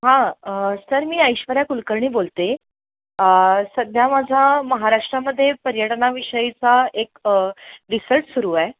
हां सर मी ऐश्वर्या कुलकर्णी बोलते सध्या माझा महाराष्ट्रामध्ये पर्यटनाविषयीचा एक रिसर्च सुरू आहे